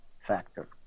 factor